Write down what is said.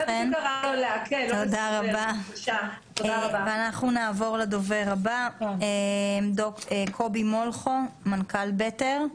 אנחנו נעבור לדובר הבא, קובי מולכו, מנכ"ל בטר,